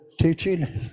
teaching